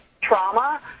trauma